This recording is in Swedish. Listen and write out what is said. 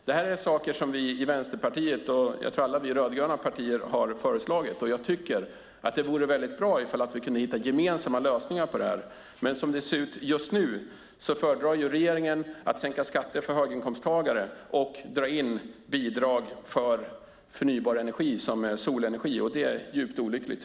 Det här är sådant som vi i Vänsterpartiet - ja, jag tror att vi i alla rödgröna partierna - har föreslagit. Det vore väldigt bra om vi kunde hitta gemensamma lösningar. Men som det just nu ser ut föredrar regeringen att sänka skatter för höginkomsttagare och att dra in bidragen till sådan förnybar energi som solenergi. Det tycker jag är djupt olyckligt.